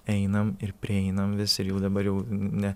einam ir prieinam vis ir jau dabar jau ne